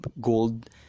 gold